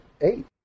eight